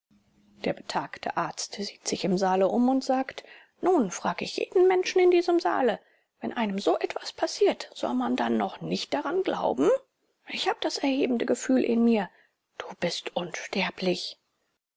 der betagte arzt sieht sich im saale um und sagt nun frage ich jeden menschen in diesem saale wenn einem so etwas passiert soll man dann noch nicht daran glauben ich habe das erhebende gefühl in mir du bist unsterblich